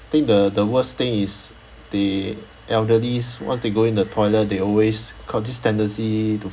think the the worst thing is the elderly once they go in the toilet they always got this tendency to